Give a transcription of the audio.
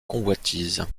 convoitises